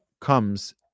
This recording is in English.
comes